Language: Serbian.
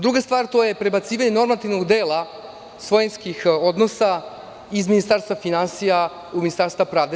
Druga stvar, to je prebacivanje normativnog dela svojinskih odnosa iz Ministarstva finansija u Ministarstvo pravde.